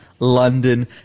London